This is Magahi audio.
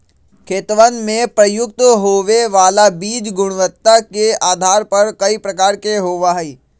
खेतवन में प्रयुक्त होवे वाला बीज गुणवत्ता के आधार पर कई प्रकार के होवा हई